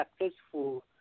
successful